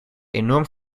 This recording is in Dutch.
enorm